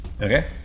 Okay